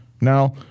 Now